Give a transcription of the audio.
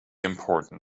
important